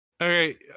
Okay